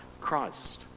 Christ